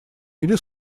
или